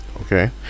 okay